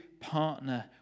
partner